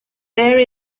there